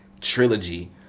trilogy